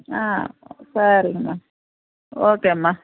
ஆ சரிங்கம்மா ஓகேம்மா